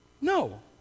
No